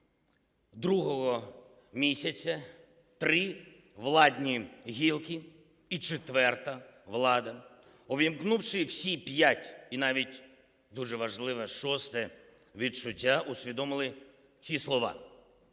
другого місяця три владні гілки і четверта – влада, увімкнувши всі п'ять і навіть дуже важливе шосте відчуття, усвідомили ці слова